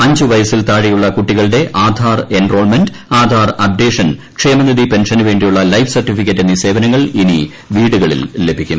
അഞ്ചു വയസിൽ താഴെയുള്ള കുട്ടികളുടെ ആധാർ എൻറോൾമെന്റ് ആധാർ അപ്ഡേഷൻ ക്ഷേമനിധി പെൻഷനുവേണ്ടിയുള്ള ലൈഫ് സർട്ടിഫിക്കറ്റ് എന്നീ സേവനങ്ങൾ ഇനി വീടുകളിൽ ലഭിക്കും